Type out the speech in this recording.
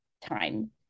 time